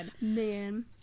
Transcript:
man